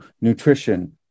nutrition